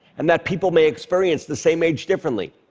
and that people may experience the same age differently.